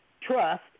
Trust